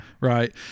right